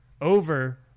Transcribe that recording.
over